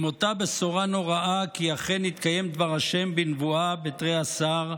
עם אותה בשורה נוראה כי אכן התקיים דבר ה' בנבואה בתרי-עשר,